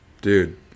dude